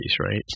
right